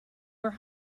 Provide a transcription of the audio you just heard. where